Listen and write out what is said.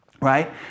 right